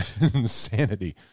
Insanity